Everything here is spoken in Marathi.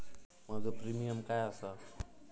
माझो प्रीमियम काय आसा?